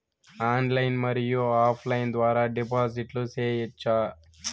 Online మరియు offline ద్వారా డిపాజిట్లు సేయొచ్చా?